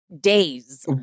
days